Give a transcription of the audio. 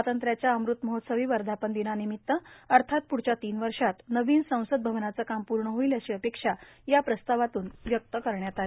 स्वातंत्र्यांच्या अमृतमहोत्सवी वर्धापनदिनापर्यंत अर्थात प्ढच्या तीन वर्षांत नवीन संसद भवनाचं काम पूर्ण होईल अशी अपेक्षा या प्रस्तावातून व्यक्त करण्यात आली